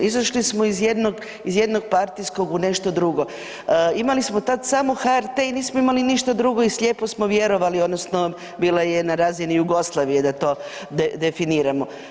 Izašli smo iz jednog partijskog u nešto drugo, imali smo tad samo HRT i nismo imali ništa drugo i slijepo smo vjerovali odnosno bilo je na razini Jugoslavije da definiramo.